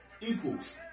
Equals